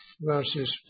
verses